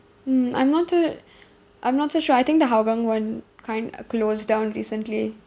hmm I'm not too I'm not so sure I think the hougang one kind uh closed down recently